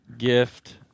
Gift